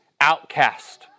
outcast